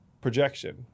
projection